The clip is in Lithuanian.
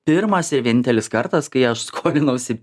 pirmas ir vienintelis kartas kai aš skolinausi